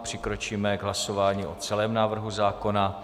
Přikročíme k hlasování o celém návrhu zákona.